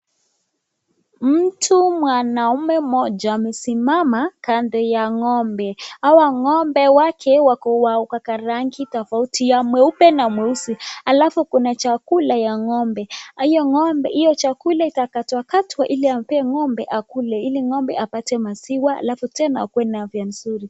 Mtu mwanaume mmoja amesimama kando ya ng'ombe, hawa ng'ombe wake wako kwa rangi hofauyi ya mweupe na mweusi alafu kuna chakula ya ng'ombe, hio chakula itakatwakatwa ili ng'ombe akule ili ng'ombe apate maziwa halafu tena akue na afya mzuri.